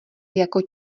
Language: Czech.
jako